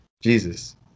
Jesus